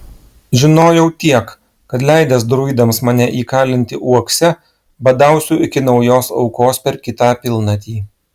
žinojau tiek kad leidęs druidams mane įkalinti uokse badausiu iki naujos aukos per kitą pilnatį